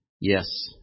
Yes